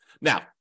Now